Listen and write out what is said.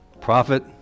prophet